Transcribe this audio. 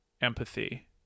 empathy